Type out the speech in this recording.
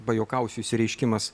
pajuokausiu išsireiškimas